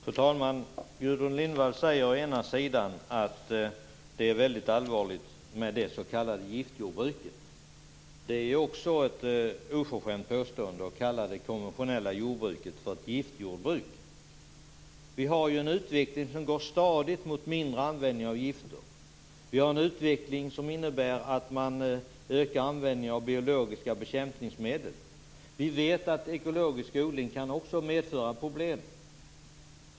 Fru talman! Gudrun Lindvall säger att det är väldigt allvarligt med det s.k. giftjordbruket. Det är ett oförskämt påstående att kalla det konventionella jordbruket för ett giftjordbruk. Vi har ju en utveckling som går stadigt mot mindre användning av gifter. Vi har en utveckling som innebär att man ökar användningen av biologiska bekämpningsmedel. Vi vet att ekologisk odling också kan medföra problem.